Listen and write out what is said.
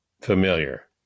familiar